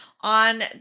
on